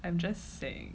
I'm just saying